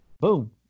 Boom